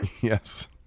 Yes